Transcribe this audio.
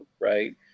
Right